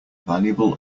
valuable